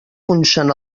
punxen